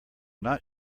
not